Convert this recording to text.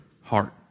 heart